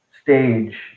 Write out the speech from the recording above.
stage